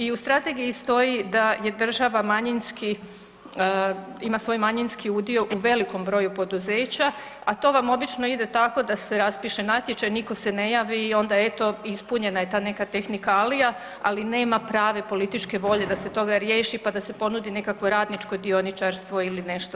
I u strategiji stoji da je država manjinski, ima svoj manjinski udio u velikom broju poduzeća, a to vam ide obično tako da se raspiše natječaj, nitko se ne javi i onda evo ispunjena je ta nekakva tehnikalija ali nema prave političke volje da se toga riješi, pa da se ponudi nekakvo radničko dioničarstvo ili nešto slično.